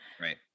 right